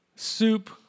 Soup